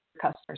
customers